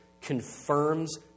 confirms